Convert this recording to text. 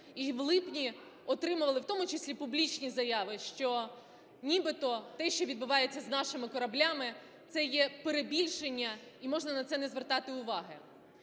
і в липні отримали, в тому числі публічні заяви, що нібито те, що відбувається з нашими кораблями, це є перебільшення і можна на це не звертати уваги.